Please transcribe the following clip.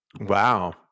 wow